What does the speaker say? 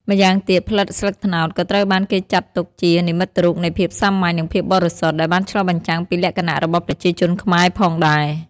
ម្យ៉ាងទៀត ផ្លិតស្លឹកត្នោតក៏ត្រូវបានគេចាត់ទុកជា និមិត្តរូបនៃភាពសាមញ្ញ និងភាពបរិសុទ្ធ ដែលបានឆ្លុះបញ្ចាំងពីលក្ខណៈរបស់ប្រជាជនខ្មែរផងដែរ។